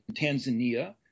Tanzania